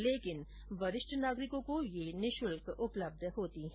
लेकिन वरिष्ठ नागरिकों को यह निशुल्क उपलब्ध होती है